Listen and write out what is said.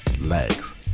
legs